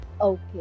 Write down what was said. okay